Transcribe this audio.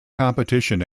competition